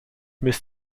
miss